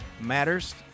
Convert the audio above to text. matters